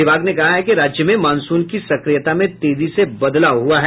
विभाग ने कहा है कि राज्य में मॉनसून की सक्रियता में तेजी से बदलाव हुआ है